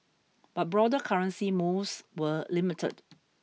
but broader currency moves were limited